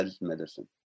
medicine